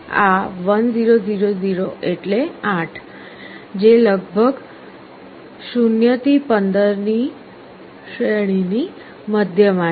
આ 1 0 0 0 એટલે 8 જે લગભગ 0 થી 15 શ્રેણીની મધ્યમાં છે